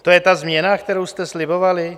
To je ta změna, kterou jste slibovali?